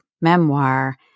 memoir